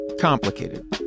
complicated